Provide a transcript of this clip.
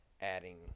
adding